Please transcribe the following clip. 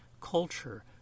culture